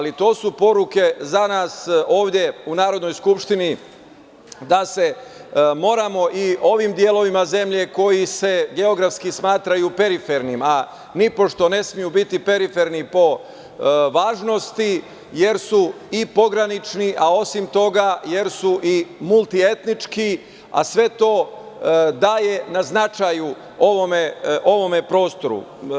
To su poruke za nas ovde u Narodnoj skupštini, da se moramo i ovim delovima zemlje koji se geografski smatraju perifernim, a nipošto ne smeju biti periferni po važnosti, jer su i pogranični, a osim toga jer su i multientički, a sve to daje na značaju ovom prostoru.